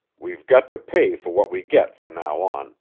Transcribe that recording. we've got to pay for what we get from now on.